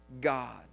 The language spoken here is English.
God